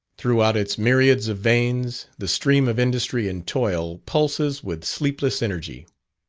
throughout its myriads of veins, the stream of industry and toil pulses with sleepless energy.